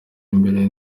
imbere